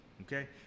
okay